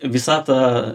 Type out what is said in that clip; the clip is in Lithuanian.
visa ta